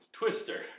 Twister